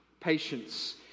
Patience